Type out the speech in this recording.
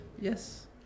yes